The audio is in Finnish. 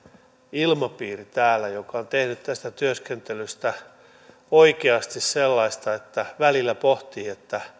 ilmapiiri täällä joka on tehnyt tästä työskentelystä oikeasti sellaista että välillä pohtii